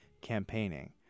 campaigning